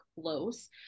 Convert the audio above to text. close